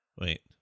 wait